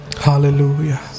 Hallelujah